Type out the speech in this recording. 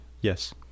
Yes